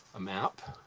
a map,